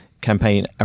campaign